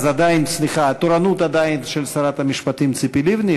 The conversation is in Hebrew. סליחה, התורנות עדיין של שרת המשפטים ציפי לבני.